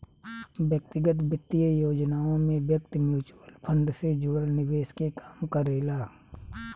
व्यक्तिगत वित्तीय योजनाओं में व्यक्ति म्यूचुअल फंड से जुड़ल निवेश के काम करेला